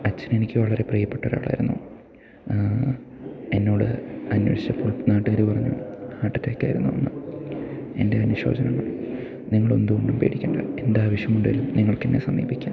അച്ഛൻ എനിക്ക് വളരെ പ്രീയപ്പെട്ടൊരാളായിരുന്നു എന്നോട് അന്വേഷിച്ചപ്പോൾ നാട്ടുകാർ പറഞ്ഞു ഹാർട്ട് അറ്റാക്ക് ആയിരുന്നെന്ന് എൻ്റെ അനുശോചനങ്ങൾ നിങ്ങളെന്തുകൊണ്ടും പേടിക്കേണ്ട എന്താവശ്യമുണ്ടെങ്കിലും നിങ്ങൾക്കെന്നെ സമീപിക്കാം